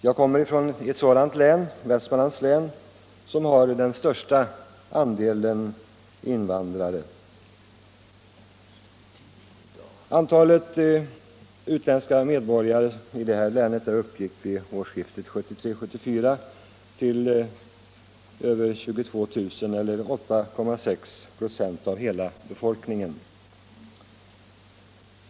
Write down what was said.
Västmanlands län, som jag kom = invandraroch mer ifrån, har den största andelen invandrare. Antalet utländska med = Minoritetspolitiken, borgare i detta län uppgick vid årsskiftet 1973-1974 till över 22 000 eller m.m. 8,6 26 av hela befolkningen.